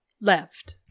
left